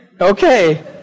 Okay